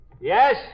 Yes